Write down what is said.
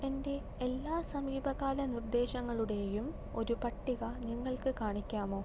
എന്റെ എല്ലാ സമീപകാല നിർദേശങ്ങളുടെയും ഒരു പട്ടിക നിങ്ങൾക്ക് കാണിക്കാമോ